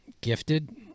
gifted